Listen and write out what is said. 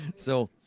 so